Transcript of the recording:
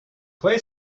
play